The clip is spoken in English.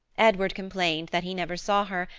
edward complained that he never saw her,